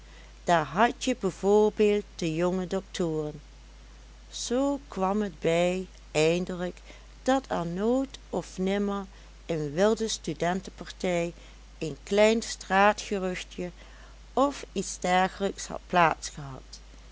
daar hadje bij voorbeeld de jonge doctoren zoo kwam het bij eindelijk dat er nooit of nimmer een wilde studentenpartij een klein straatgeruchtje of iets dergelijks had